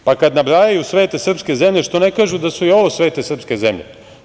Pa, kad nabrajaju svete srpske zemlje, što ne kažu da su i ovo svete srpske zemlje?